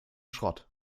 schrott